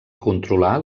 controlar